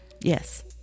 Yes